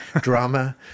drama